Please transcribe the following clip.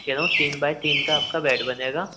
کہہ رہا ہوں تین بائی تین کا آپ کا بیڈ بنے گا